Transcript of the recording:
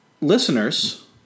listeners